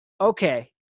okay